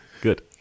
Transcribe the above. good